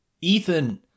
Ethan